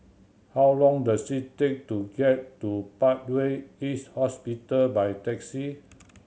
how long does it take to get to Parkway East Hospital by taxi